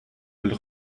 will